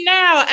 now